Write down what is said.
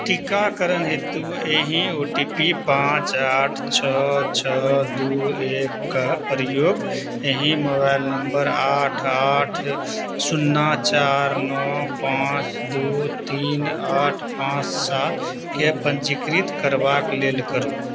टीकाकरण हेतु एहि ओ टी पी पाँच आठ छओ छओ दू एकके प्रयोग एहि मोबाइल नंबर आठ आठ शुन्ना चारि नओ पाँच दू तीन आठ पाँच सात के पंजीकृत करबाक लेल करू